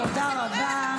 תגיד, אתה נורמלי?